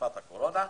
בתקופת הקורונה,